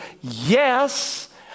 yes